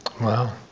Wow